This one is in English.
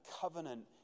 covenant